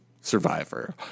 Survivor